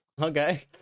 Okay